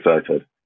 excited